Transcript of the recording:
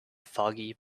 foggy